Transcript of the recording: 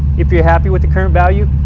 if you are happy with the current value,